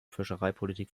fischereipolitik